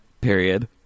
period